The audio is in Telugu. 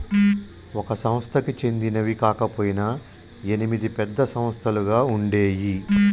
ఒక సంస్థకి చెందినవి కాకపొయినా ఎనిమిది పెద్ద సంస్థలుగా ఉండేయ్యి